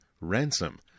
ransom